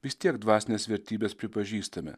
vis tiek dvasines vertybes pripažįstame